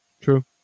True